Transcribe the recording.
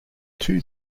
two